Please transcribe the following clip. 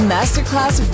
Masterclass